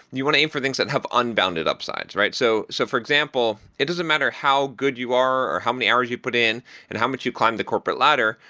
you want to aim for things that have unbounded upsides. so so for example, it doesn't matter how good you are or how many hours you put in and how much you climb the corporate ladder,